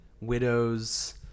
Widows